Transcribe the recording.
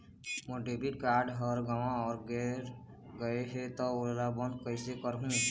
मोर debit card हर गंवा गैर गए हे त ओला बंद कइसे करहूं?